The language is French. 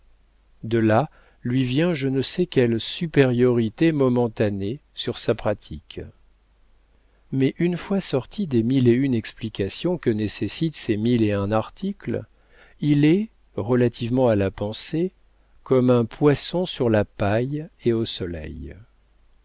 de là lui vient je ne sais quelle supériorité momentanée sur sa pratique mais une fois sorti des mille et une explications que nécessitent ses mille et un articles il est relativement à la pensée comme un poisson sur la paille et au soleil